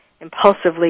impulsively